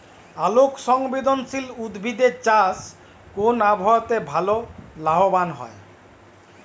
আলোক সংবেদশীল উদ্ভিদ এর চাষ কোন আবহাওয়াতে ভাল লাভবান হয়?